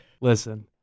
Listen